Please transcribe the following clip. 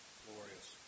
glorious